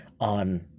on